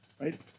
right